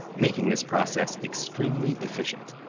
making this process extremely efficient.